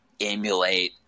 emulate